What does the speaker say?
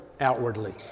outwardly